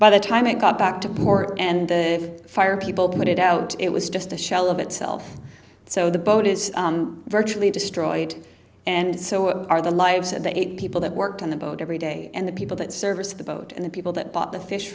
by the time i got back to port and the fire people put it out it was just a shell of itself so the boat is virtually destroyed and so are the lives of the eight people that worked on the boat every day and the people that service of the boat and the people that bought the fish